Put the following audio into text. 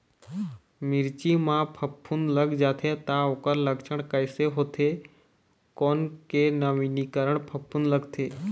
मिर्ची मा फफूंद लग जाथे ता ओकर लक्षण कैसे होथे, कोन के नवीनीकरण फफूंद लगथे?